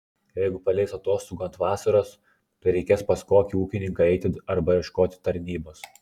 jeigu paleis atostogų ant vasaros tai reikės pas kokį ūkininką eiti arba ieškoti tarnybos